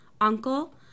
uncle